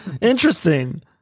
Interesting